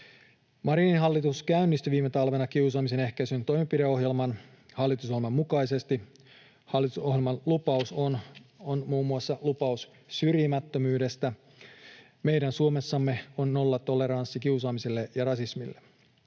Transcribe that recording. Marinin hallitus käynnisti viime talvena kiusaamisen ehkäisyn toimenpideohjelman hallitusohjelman mukaisesti. Hallitusohjelman lupaus on muun muassa lupaus syrjimättömyydestä. Meidän Suomessamme on nollatoleranssi kiusaamiselle ja rasismille.